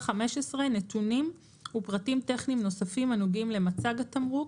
נתונים ופרטים טכניים נוספים הנוגעים למצג התמרוק,